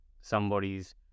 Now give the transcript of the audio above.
somebody's